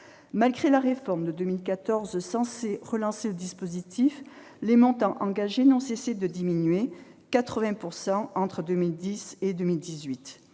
Malgré la réforme de 2014 censée relancer le dispositif, les montants engagés n'ont cessé de diminuer, de 80 % entre 2010 et 2018.